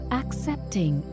accepting